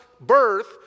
birth